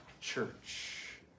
church